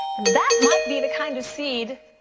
and that might be the kind of seed,